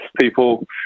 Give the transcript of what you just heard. people